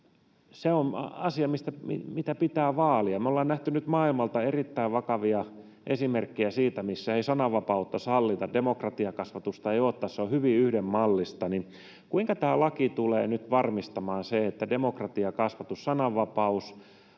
Se on asia, mitä pitää vaalia. Me ollaan nähty nyt maailmalta erittäin vakavia esimerkkejä siitä, että sananvapautta ei sallita ja demokratiakasvatusta ei ole tai se on hyvin yhdenmallista. Kuinka tämä laki tulee nyt varmistamaan, että demokratiakasvatus, sananvapaus